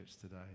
today